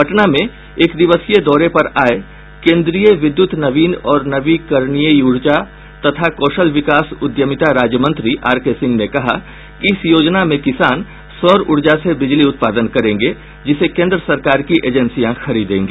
पटना में एक दिवसीय दौरे पर आये केंद्रीय विद्यूत नवीन और नवीकरणीय ऊर्जा तथा कौशल विकास उद्यमिता राज्य मंत्री आर के सिंह ने कहा कि इस योजना में किसान सौर ऊर्जा से बिजली उत्पादन करेंगे जिसे केंद्र सरकार की एजेंसियां खरीदेगी